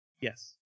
yes